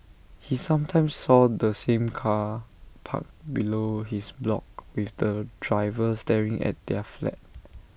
he sometimes saw the same car parked below his block with the driver staring at their flat